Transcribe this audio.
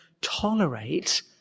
tolerate